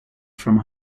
from